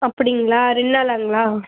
அப்படிங்ளா ரெண்டு நாள் ஆகுங்களா